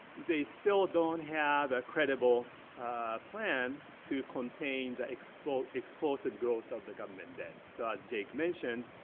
they still don't have a credible plan to contain the explosive explosive growth of the government debt. so as jake mentioned,